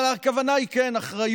אבל הכוונה היא כן אחריות.